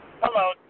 Hello